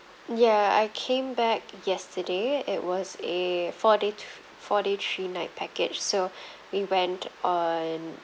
ya I came back yesterday it was a four day two four day three night package so we went on